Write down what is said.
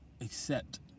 accept